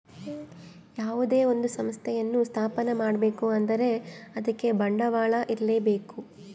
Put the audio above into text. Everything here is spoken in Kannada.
ಯಾವುದೇ ಒಂದು ಸಂಸ್ಥೆಯನ್ನು ಸ್ಥಾಪನೆ ಮಾಡ್ಬೇಕು ಅಂದ್ರೆ ಅದಕ್ಕೆ ಬಂಡವಾಳ ಇರ್ಲೇಬೇಕು